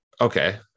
okay